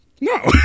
no